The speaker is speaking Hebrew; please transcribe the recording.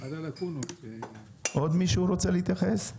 עוד מישהו רוצה להתייחס?